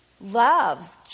love